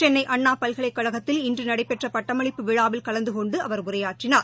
சென்னைஅண்ணாபல்கலைக்கழகத்தில் இன்றுநடைபெற்றபட்டமளிப்பு விழாவில் கலந்துகொண்டுஅவர் உரையாற்றினார்